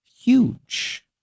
Huge